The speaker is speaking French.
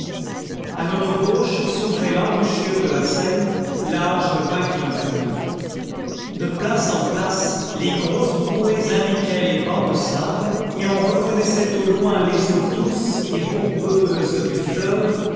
a notre gauche s'ouvrait l'embouchure de la seine large de vingt kilomètres de place en place les grosses bouées indiquaient les bancs de sable et on reconnaissait au loin les eaux douces et bourbeuses du fleuve